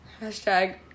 Hashtag